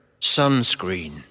sunscreen